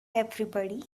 everybody